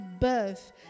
birth